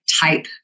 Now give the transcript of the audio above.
type